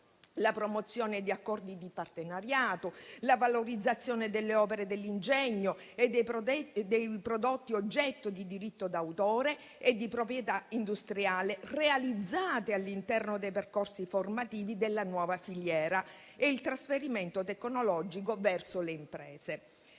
la promozione di accordi di partenariato, la valorizzazione delle opere dell'ingegno e dei prodotti oggetto di diritto d'autore e di proprietà industriale, realizzate all'interno dei percorsi formativi della nuova filiera, e il trasferimento tecnologico verso le imprese.